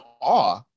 awe